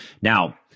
Now